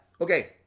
Okay